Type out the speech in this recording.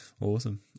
Awesome